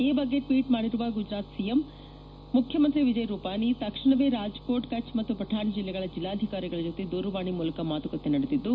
ಈ ಬಗ್ಗೆ ಟ್ವೀಟ್ ಮಾಡಿರುವ ಗುಜರಾತ್ ಸಿಎಂ ಕಚೇರಿ ಮುಖ್ಯಮಂತ್ರಿ ವಿಜಯ್ ರೂಪಾನಿ ತಕ್ಷಣವೇ ರಾಜಕೋಟ್ ಕಛ್ ಮತ್ತು ಪಠಾಣ್ ಜಿಲ್ಲೆಗಳ ಜಿಲ್ಲಾಧಿಕಾರಿಗಳ ಜೊತೆ ದೂರವಾಣಿ ಮೂಲಕ ಮಾತುಕತೆ ನಡೆದಿದ್ದು